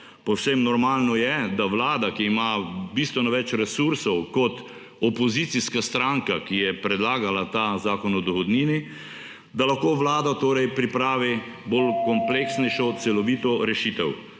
Povsem normalno je, da vlada, ki ima bistveno več resursov kot opozicijska stranka, ki je predlagala ta zakon o dohodnini, da lahko vlada torej pripravi bolj kompleksnejšo, celovito rešitev.